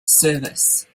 service